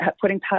putting